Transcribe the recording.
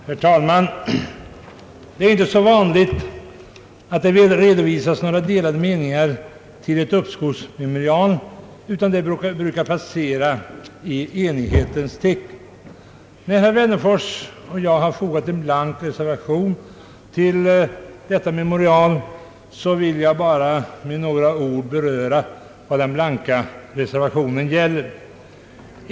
Herr talman! Det är inte så vanligt att det redovisas några delade meningar när det gäller ett uppskovsmemorial, utan det brukar passera i enighetens tecken. När herr Wennerfors och jag har fogat en blank reservation till detta memorial, vill jag bara med några ord beröra vad den blanka reservationen gäller.